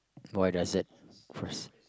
why does that frus~